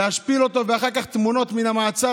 להשפיל אותו, ואחר כך להוציא תמונות מהמעצר.